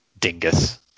Dingus